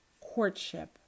courtship